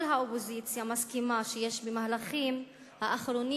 כל האופוזיציה מסכימה שיש במהלכים האחרונים